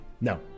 No